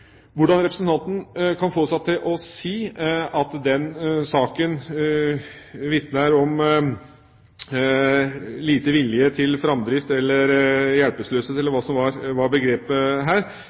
Hvordan representanten kan få seg til å si at den saken vitner om liten vilje til framdrift eller hjelpeløshet eller hva som var begrepet her,